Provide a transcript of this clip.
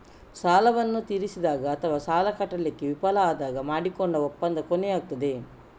ಸಾಲವನ್ನ ತೀರಿಸಿದಾಗ ಅಥವಾ ಸಾಲ ಕಟ್ಲಿಕ್ಕೆ ವಿಫಲ ಆದಾಗ ಮಾಡಿಕೊಂಡ ಒಪ್ಪಂದ ಕೊನೆಯಾಗ್ತದೆ